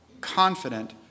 confident